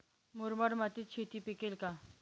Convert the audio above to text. मुरमाड मातीत शेती पिकेल का?